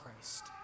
Christ